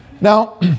Now